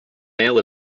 male